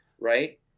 right